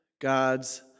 God's